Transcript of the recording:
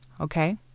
Okay